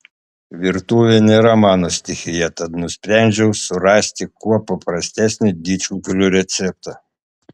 virtuvė nėra mano stichija tad nusprendžiau surasti kuo paprastesnį didžkukulių receptą